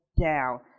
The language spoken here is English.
down